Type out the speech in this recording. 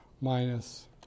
Minus